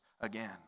again